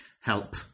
help